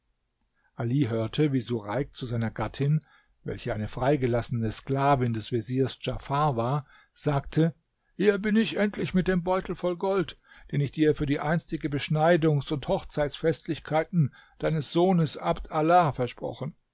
ali hörte wie sureik zu seiner gattin welche eine freigelassene sklavin des veziers djafar war sagte hier bin ich endlich mit dem beutel voll gold den ich dir für die einstige beschneidungs und hochzeitsfestlichkeiten deines sohnes abd allah versprochen